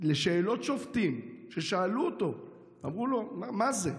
על שאלות של שופטים, ששאלו אותו ואמרו לו: מה זה?